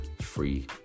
free